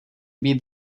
být